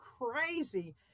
crazy